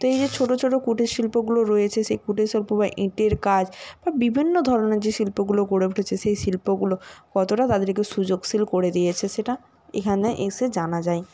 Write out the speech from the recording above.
তো এই যে ছোট ছোট কুটির শিল্পগুলো রয়েছে সেই কুটির শিল্প বা ইটের কাজ বা বিভিন্ন ধরনের যে শিল্পগুলো গড়ে উঠেছে সেই শিল্পগুলো কতটা তাদেরকেও সুযোগশীল করে দিয়েছে সেটা এখানে এসে জানা যায়